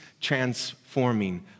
transforming